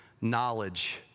knowledge